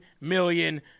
million